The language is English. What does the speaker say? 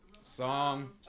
song